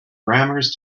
grammars